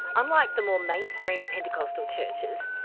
unlike the more mainstream pentecostal churches,